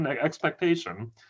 expectation